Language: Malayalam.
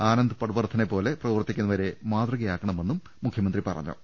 ആനന്ദ് പട്വർധനെ പോലെ പ്രവർത്തിക്കുന്നവരെ മാതൃകയാ ക്കണമെന്നും മുഖ്യമന്ത്രി പറഞ്ഞു